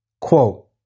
Quote